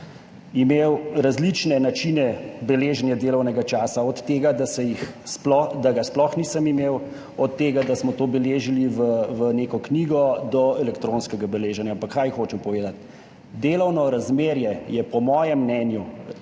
imel različne načine beleženja delovnega časa, od tega, da ga sploh nisem imel, od tega, da smo to beležili v neko knjigo, do elektronskega beleženja. Ampak kaj hočem povedati? Delovno razmerje je po mojem mnenju